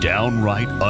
downright